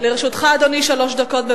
לרשותך, אדוני, שלוש דקות.